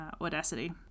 Audacity